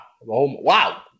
Wow